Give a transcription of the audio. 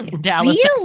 Dallas